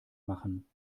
machen